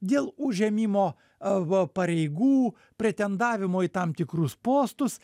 dėl užėmimo va pareigų pretendavimo į tam tikrus postus